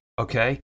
Okay